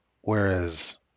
Whereas